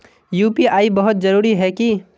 UPI बहुत जरूरी है की?